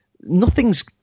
nothing's